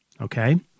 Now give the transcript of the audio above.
Okay